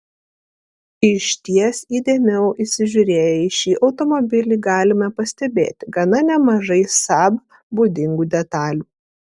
išties įdėmiau įsižiūrėję į šį automobilį galime pastebėti gana nemažai saab būdingų detalių